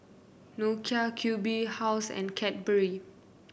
Nokia Q B House and Cadbury